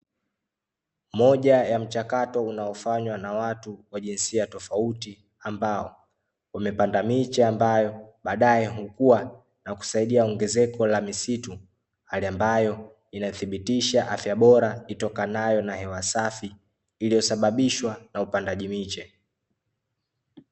Moja ya mchakato unaofanywa na watu wa jinsia tofauti, ambao wamepanda miche ambayo baadaye hukua na kusaidia ongezeko la misitu, hali ambayo inathibitisha afya bora itokanayo na hewa safi, iliyosababishwa na upandaji miche.